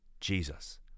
Jesus